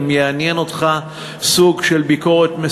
אם יעניין אותך סוג מסוים של ביקורת,